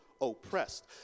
oppressed